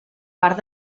part